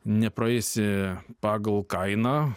nepraeisi pagal kainą